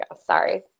Sorry